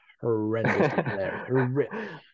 horrendous